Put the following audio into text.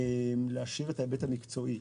להשאיר את ההיבט המקצועי,